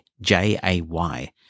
J-A-Y